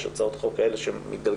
יש הצעות חוק כאלה שמתגלגלות.